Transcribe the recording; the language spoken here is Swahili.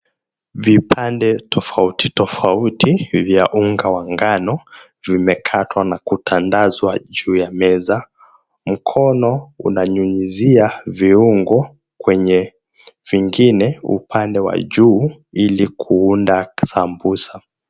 Vipande tofauti tofauti vya unga wa ngano vimekatwa na kutandazwa juu ya meza. Mkono unanyunyizia viungo kwenye vingine upande wa juu ili kuunda sambusa.